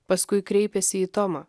paskui kreipėsi į tomą